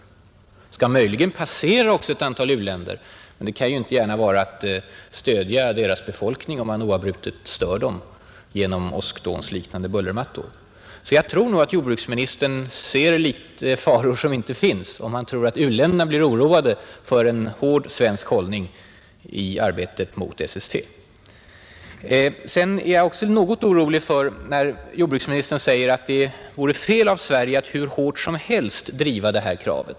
De skall möjligen passera ett antal u-länder, men det kan inte gärna vara att stödja u-länderna om man oavbrutet stör deras befolkning genom åskdånsliknande bullermattor. Jag tror att jordbruksministern ser faror som inte finns, om han menar att u-länderna blir oroade av en hård svensk hållning i arbetet mot SST. Jag är också något orolig när jordbruksministern säger att det vore fel av Sverige att ”hur hårt som helst” driva detta krav.